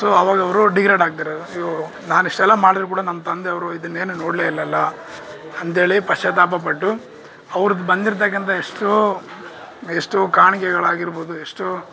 so ಆವಾಗ ಅವರು degrade ಆಗ್ತಾರೆ ಅಯ್ಯೋ ನಾನಿಷ್ಟೆಲ್ಲಾ ಮಾಡಿದರು ಕೂಡ ನನ್ನ ತಂದೆ ಅವರು ಇದನ್ನೇನು ನೋಡಲೆ ಇಲ್ಲಲ್ಲಾ ಅಂತೇಳಿ ಪಶ್ಚತ್ತಾಪ ಪಟ್ಟು ಅವ್ರದು ಬಂದಿರ್ತಕ್ಕಂಥ ಎಷ್ಟೋ ಎಷ್ಟೋ ಕಾಣಿಕೆಗಳಾಗಿರ್ಬೌದು ಎಷ್ಟೋ